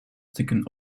stukken